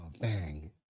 bang